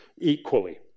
equally